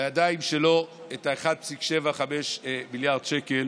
לידיים שלו את ה-1.75 מיליארד שקל